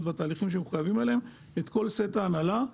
והתהליכים שהם מחויבים להם החלפנו את כל סט ההנהלה.